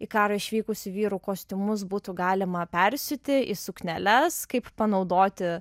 į karą išvykusių vyrų kostiumus būtų galima persiūti į sukneles kaip panaudoti